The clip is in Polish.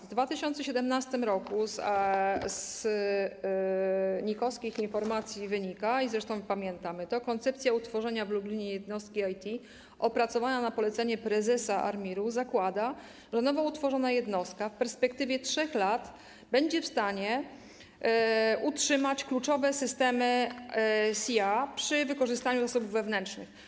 W 2017 r., jak wynika z NIK-owskich informacji, zresztą pamiętamy to, koncepcja utworzenia w Lublinie jednostki IT, opracowana na polecenie prezesa ARiMR-u, zakładała, że nowo utworzona jednostka w perspektywie 3 lat będzie w stanie utrzymać kluczowe systemy CIA przy wykorzystaniu zasobów wewnętrznych.